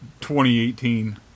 2018